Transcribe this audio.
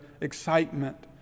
excitement